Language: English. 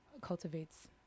cultivates